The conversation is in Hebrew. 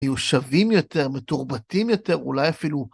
יהיו שווים יותר, מתורבתים יותר, אולי אפילו...